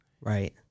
Right